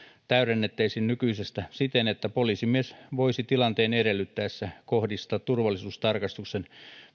täydennettäisiin nykyisestä siten että poliisimies voisi tilanteen edellyttäessä kohdistaa turvallisuustarkastuksen